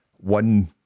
one